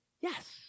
Yes